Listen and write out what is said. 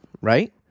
right